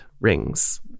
rings